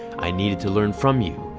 i needed to learn from you.